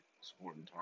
supporting